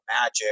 magic